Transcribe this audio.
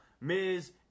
Miz